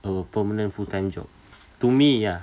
a permanent full time job to me ya